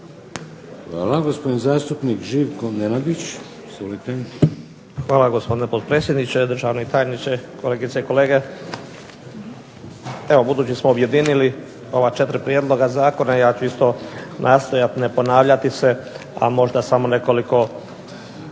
Izvolite. **Nenadić, Živko (HDZ)** Hvala gospodine potpredsjedniče, državni tajniče, kolegice i kolege. Evo, budući smo objedinili ova 4 prijedloga zakona ja ću isto nastojati ne ponavljati se, a možda samo nekoliko